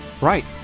Right